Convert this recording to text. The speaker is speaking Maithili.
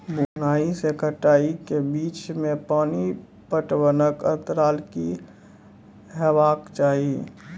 बुआई से कटाई के बीच मे पानि पटबनक अन्तराल की हेबाक चाही?